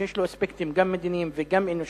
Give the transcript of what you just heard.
שיש לו אספקטים גם מדיניים וגם אנושיים,